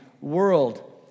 world